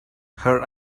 her